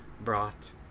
brought